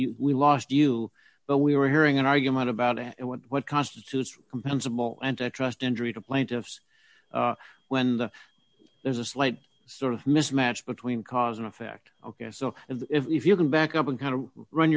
you we lost you but we were hearing an argument about what constitutes compensable and trust injury to plaintiffs when the there's a slight sort of mismatch between cause and effect ok so if you can back up and kind of run